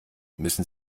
müssen